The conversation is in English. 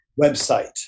website